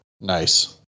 Nice